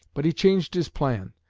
but he changed his plan.